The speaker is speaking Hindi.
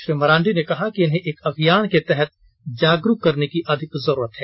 श्री मरांडी ने कहा कि इन्हें एक अभियान के तहत जागरूक करने की अधिक जरूरत है